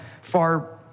far